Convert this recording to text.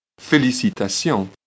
Félicitations